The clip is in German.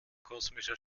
kosmischer